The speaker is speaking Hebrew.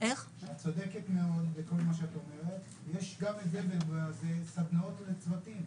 את צודקת מאוד בכל מה שאת אומרת, סדנאות לצוותים,